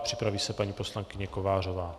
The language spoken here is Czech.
Připraví se paní poslankyně Kovářová.